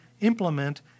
implement